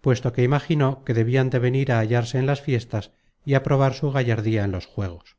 puesto que imaginó que debian de venir á hallarse en las fiestas y á probar su gallardía en los juegos